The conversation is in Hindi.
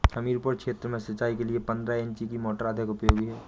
हमीरपुर क्षेत्र में सिंचाई के लिए पंद्रह इंची की मोटर अधिक उपयोगी है?